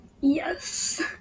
Yes